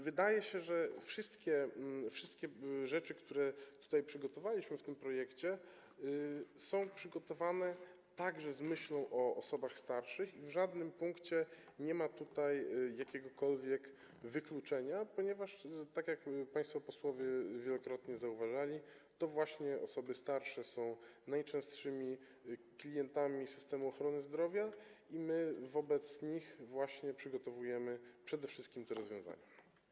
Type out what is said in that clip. Wydaje się, że wszystkie rzeczy, które tutaj przygotowaliśmy w tym projekcie, są przygotowane także z myślą o osobach starszych i w żadnym punkcie nie ma tutaj jakiegokolwiek wykluczenia, ponieważ, tak jak państwo posłowie wielokrotnie zauważali, to właśnie osoby starsze są najczęstszymi klientami systemu ochrony zdrowia i my przede wszystkim z myślą o nich właśnie przygotowujemy te rozwiązania.